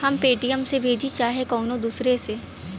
हम पेटीएम से भेजीं चाहे कउनो दूसरे से